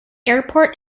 airport